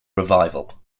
revival